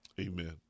Amen